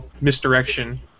misdirection